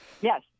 Yes